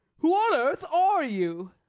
who on earth are you?